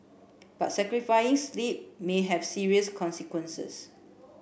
but sacrificing sleep may have serious consequences